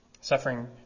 suffering